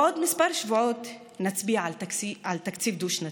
בעוד כמה שבועות נצביע על תקציב דו-שנתי.